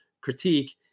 critique